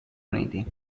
uniti